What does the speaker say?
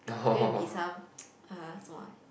go and be some (uh huh)